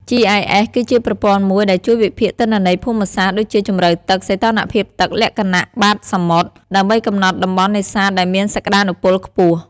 GIS គឺជាប្រព័ន្ធមួយដែលជួយវិភាគទិន្នន័យភូមិសាស្ត្រ ដូចជាជម្រៅទឹក សីតុណ្ហភាពទឹក លក្ខណៈបាតសមុទ្រ ដើម្បីកំណត់តំបន់នេសាទដែលមានសក្តានុពលខ្ពស់។